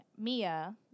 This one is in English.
Mia